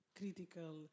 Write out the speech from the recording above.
critical